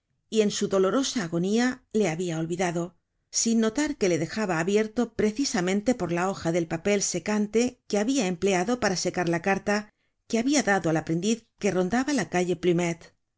y en su dolorosa agonía le habia olvidado sin notar que le dejaba abierto precisamente por la hoja del papel secante que habia empleado para secar la carta que habia dado al aprendiz que rondaba la calle plumet